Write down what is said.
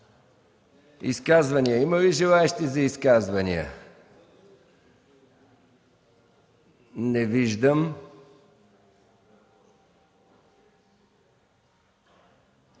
Женева.” Има ли желаещи за изказвания? Не виждам.